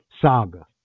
Saga